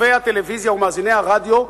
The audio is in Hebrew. צופי הטלוויזיה ומאזיני הרדיו,